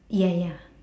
ya ya